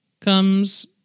comes